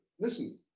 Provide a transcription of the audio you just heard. listen